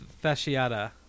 Fasciata